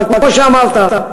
אבל כמו שאמרת,